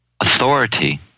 authority